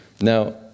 Now